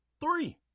three